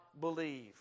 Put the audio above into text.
believe